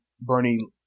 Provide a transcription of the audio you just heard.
Bernie